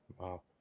Wow